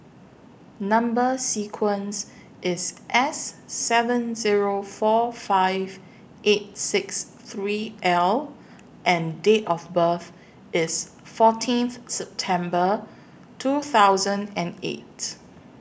Number sequence IS S seven Zero four five eight six three L and Date of birth IS fourteenth September two thousand and eight